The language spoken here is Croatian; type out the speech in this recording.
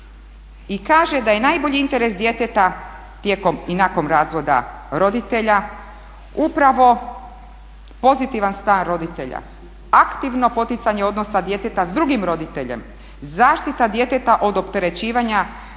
i kaže da je najbolji interes djeteta tijekom i nakon razvoda roditelja upravo pozitivan stav roditelja, aktivno poticanje odnosa djeteta s drugim roditeljem, zaštita djeteta od opterećivanja osobnim